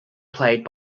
played